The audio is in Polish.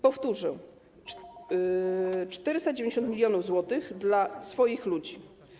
Powtórzę: 490 mln zł dla swoich ludzi.